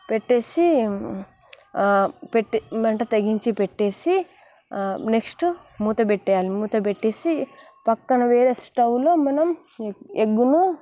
పెట్టేసి పెట్టే మంట తగ్గించి పెట్టేసి నెక్స్ట్ మూత పెట్టేయాలి మూత పెట్టేసి పక్కన వేరే స్టవ్లో మనం ఎగ్గును